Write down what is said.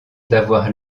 d’avoir